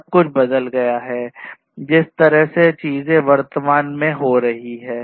सब कुछ बदल गया है जिस तरह से चीजें वर्तमान में हो रही हैं